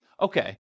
okay